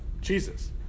Jesus